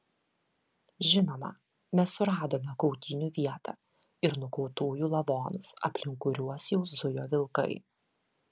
žinoma mes suradome kautynių vietą ir nukautųjų lavonus aplink kuriuos jau zujo vilkai